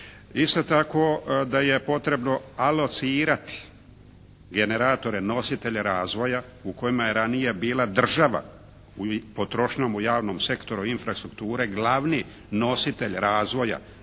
Isto tako da je potrebno alocirati generatore, nositelje razvoja u kojima je ranije bila država potrošnjom u javnom sektoru infrastrukture glavni nositelj razvoja